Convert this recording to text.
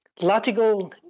Latigo